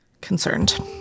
Concerned